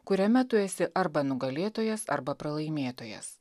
kuriame tu esi arba nugalėtojas arba pralaimėtojas